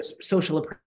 social